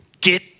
Get